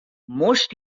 most